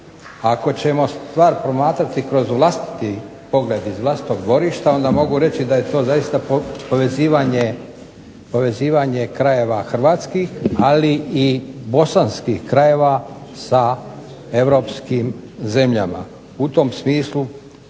Ako ćemo stvar promatrati kroz vlastiti pogled iz vlastitog dvorišta onda mogu reći da je to zaista povezivanje krajeva hrvatskih ali i bosanskih krajeva sa europskim zemljama. U tom smislu